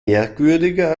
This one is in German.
merkwürdiger